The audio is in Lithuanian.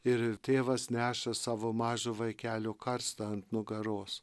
ir tėvas neša savo mažo vaikelio karstą ant nugaros